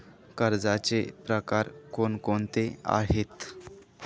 कर्जाचे प्रकार कोणकोणते आहेत?